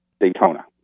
Daytona